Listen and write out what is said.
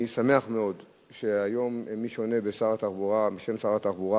אני שמח מאוד שהיום מי שעונה בשם שר התחבורה